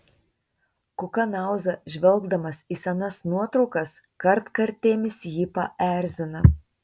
kukanauza žvelgdamas į senas nuotraukas kartkartėmis jį paerzina